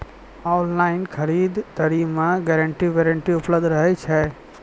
Online खरीद दरी मे गारंटी वारंटी उपलब्ध रहे छै?